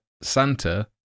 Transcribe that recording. Santa